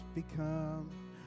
Become